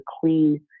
clean